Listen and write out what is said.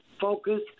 focus